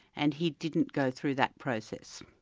and he didn't go through that process.